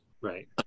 Right